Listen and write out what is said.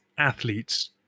athletes